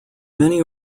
many